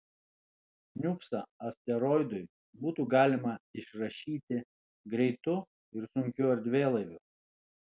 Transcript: niuksą asteroidui būtų galima išrašyti greitu ir sunkiu erdvėlaiviu